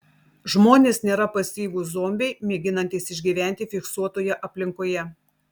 žmonės nėra pasyvūs zombiai mėginantys išgyventi fiksuotoje aplinkoje